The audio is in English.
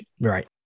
Right